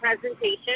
presentation